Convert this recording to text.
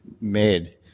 made